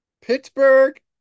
Pittsburgh